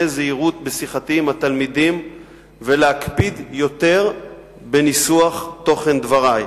זהירות בשיחתי עם התלמידים ולהקפיד יותר בניסוח תוכן דברי.